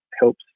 helps